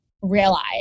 realize